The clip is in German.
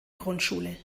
grundschule